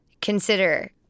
consider